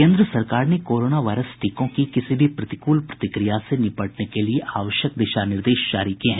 केन्द्र सरकार ने कोरोनावायरस टीकों की किसी भी प्रतिकूल प्रतिक्रिया से निपटने के लिए आवश्यक दिशा निर्देश जारी किए गए हैं